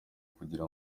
kugira